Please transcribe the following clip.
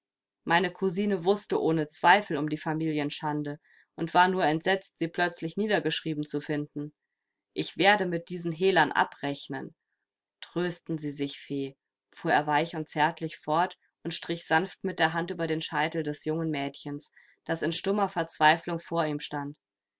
meine kousine wußte ohne zweifel um die familienschande und war nur entsetzt sie plötzlich niedergeschrieben zu finden ich werde mit diesen hehlern abrechnen trösten sie sich fee fuhr er weich und zärtlich fort und strich sanft mit der hand über den scheitel des jungen mädchens das in stummer verzweiflung vor ihm stand